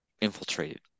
infiltrated